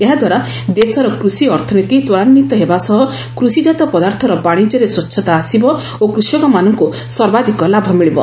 ଏହାଦ୍ୱାରା ଦେଶର କୃଷି ଅର୍ଥନୀତି ତ୍ୱରାନ୍ୱିତ ହେବା ସହ କୃଷିଜାତ ପଦାର୍ଥର ବାଶିଜ୍ୟରେ ସ୍ୱଚ୍ଚତା ଆସିବ ଓ କୃଷକମାନଙ୍କୁ ସର୍ବାଧକ ଲାଭ ମିଳିବ